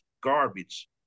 garbage